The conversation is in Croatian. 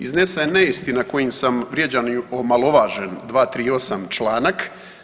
Iznesena je neistina kojom sam vrijeđan i omalovažen, 238 članak.